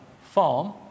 farm